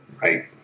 Right